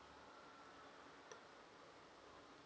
uh